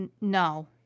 no